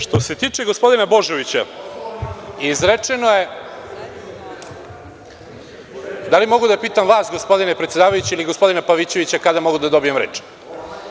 Što se tiče gospodina Božovića, izrečeno je, da li mogu da pitam vas gospodine predsedavajući ili gospodina Pavićevića kada mogu da dobijem reč?